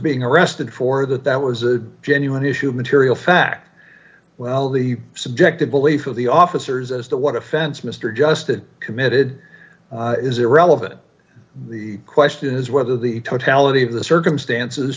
being arrested for that that was a genuine issue material fact well the subjective belief of the officers as to what offense mr justin committed is irrelevant the question is whether the totality of the circumstances